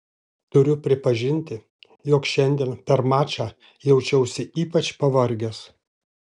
turiu pripažinti jog šiandien per mačą jaučiausi ypač pavargęs